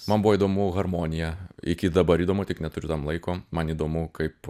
man buvo įdomu harmonija iki dabar įdomu tik neturiu tam laiko man įdomu kaip